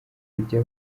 kujya